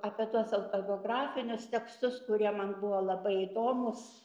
apie tuos autobiografinius tekstus kurie man buvo labai įdomūs